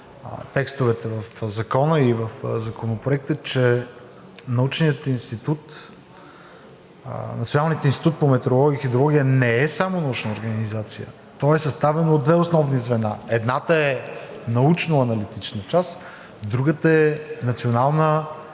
текстовете в Закона и в Законопроекта, че Националният институт по метеорология и хидрология не е само научна организация. Той е съставен от две основни звена – едното е научна аналитична част, а другата е Национална